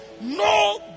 No